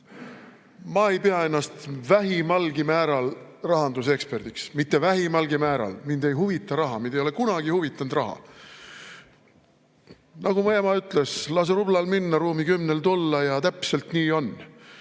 Ma ei pea ennast vähimalgi määral rahanduseksperdiks, mitte vähimalgi määral. Mind ei huvita raha, mind ei ole kunagi huvitanud raha. Nagu mu ema ütles, et lase rublal minna, ruumi kümnel tulla. Ja täpselt nii on.